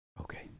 Okay